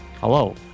Hello